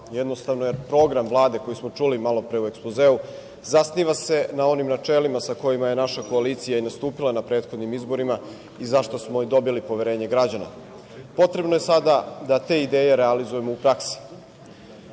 jednostavno, jer program Vlade koji smo čuli malopre u ekspozeu zasniva se na onim načelima sa kojima je naša koalicija i nastupila na prethodnim izborima i zašto smo i dobili poverenje građana. Potrebno je sada da te ideje realizujemo u praksi.